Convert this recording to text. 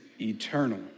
eternal